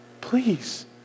please